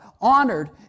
honored